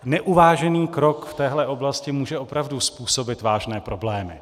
Neuvážený krok v téhle oblasti může opravdu způsobit vážné problémy.